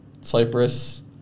Cyprus